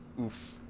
Oof